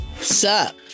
Sup